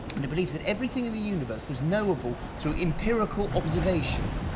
and the belief that everything in the universe was knowable through empirical observation.